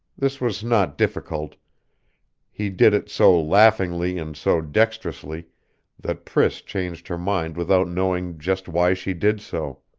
this was not difficult he did it so laughingly and so dextrously that priss changed her mind without knowing just why she did so.